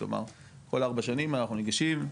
כלומר כל ארבע שנים אנחנו ניגשים,